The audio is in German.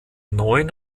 neuen